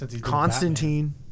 Constantine